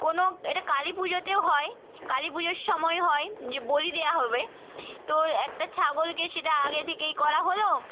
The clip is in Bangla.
কোনো এটা কালী পুজোতেও হয় কালী পুজোর সময় হয় যে বলি দেওয়া হবে তো একটা ছাগলকে সেটা আগে থেকেই করা হলো